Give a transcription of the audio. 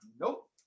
Nope